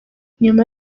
nyuma